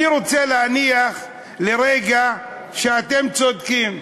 אני רוצה להניח לרגע שאתם צודקים.